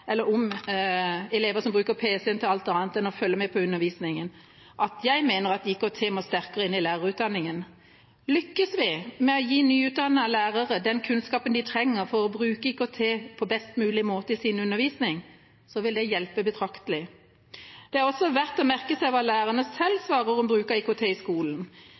enn å følge med på undervisningen, at jeg mener at IKT må sterkere inn i lærerutdanningen. Lykkes vi med å gi nyutdannede lærere den kunnskapen de trenger for å bruke IKT på best mulig måte i sin undervisning, vil det hjelpe betraktelig. Det er også verdt å merke seg hva lærerne selv svarer om bruk av IKT i skolen.